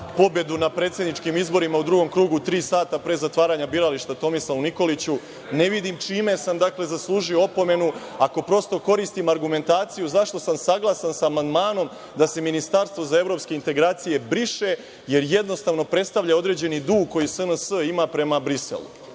pobedu na predsedničkim izborima u drugom krugu tri sata pre zatvaranja birališta, Tomislavu Nikoliću. Ne vidim čime sam zaslužio opomenu, ako koristim argumentaciju zašto sam saglasan sa amandmanom da se ministarstvo za evropske integracije briše, jer jednostavno predstavlja određeni dug koji SNS ima prema Briselu. Dakle,